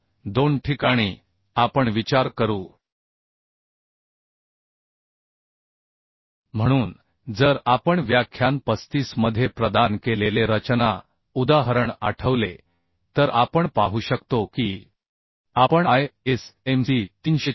तर दोन ठिकाणी आपण विचार करू म्हणून जर आपण व्याख्यान 35 मध्ये प्रदान केलेले रचना उदाहरण आठवले तर आपण पाहू शकतो कीआपण ISMC